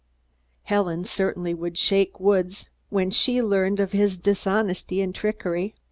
helen certainly would shake woods when she learned of his dishonesty and trickery.